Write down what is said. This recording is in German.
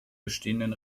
bestehenden